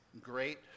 great